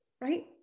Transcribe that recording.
right